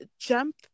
jump